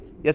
Yes